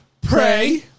pray